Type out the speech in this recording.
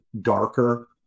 darker